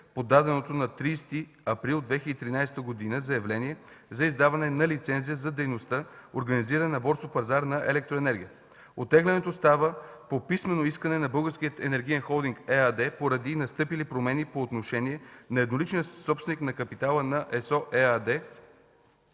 подаденото на 30 април 2013 г. заявление за издаване на лицензия за дейността „организиране на борсов пазар на електроенергия”. Оттеглянето става по писмено искане на „Български енергиен холдинг” ЕАД поради настъпили промени по отношение на едноличния собственик на капитала на ЕСО ЕАД